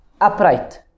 upright